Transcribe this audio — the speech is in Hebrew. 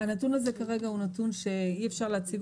הנתון הזה כרגע הוא נתון שאי אפשר להציג